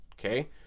Okay